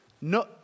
No